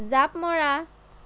জাঁপ মৰা